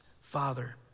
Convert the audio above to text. father